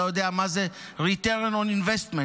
אתה יודע מה זה Return on Investment.